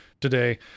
today